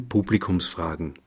Publikumsfragen